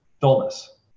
dullness